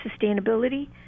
sustainability